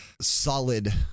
solid